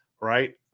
right